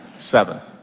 seven.